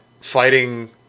fighting